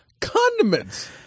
Condiments